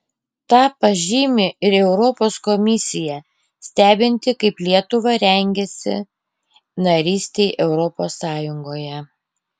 tą pažymi ir europos komisija stebinti kaip lietuva rengiasi narystei europos sąjungoje